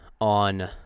on